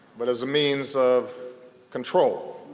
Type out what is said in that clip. but as a means of control.